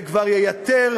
זה כבר ייתר,